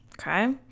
Okay